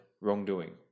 wrongdoing